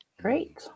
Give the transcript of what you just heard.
Great